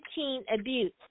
abuse